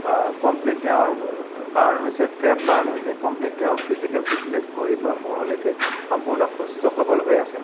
complete তেওঁৰ burn হৈছে fat burn হৈছে কমপ্লিট তেওঁৰ ফিজিকেল ফিটনেচ ভৰিৰপৰা মূৰৰলৈকে সম্পূৰ্ণ সুস্থ সবল হৈ আছে